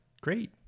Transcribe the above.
Great